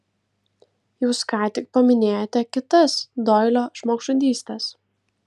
jūs ką tik paminėjote kitas doilio žmogžudystes